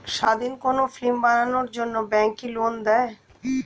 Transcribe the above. স্বাধীন কোনো ফিল্ম বানানোর জন্য ব্যাঙ্ক কি লোন দেয়?